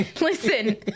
Listen